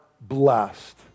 blessed